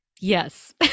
Yes